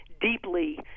deeply